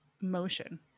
motion